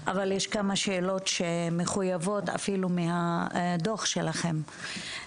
אבל יש כמה שאלות שמחויבות אפילו מהדוח שלכם.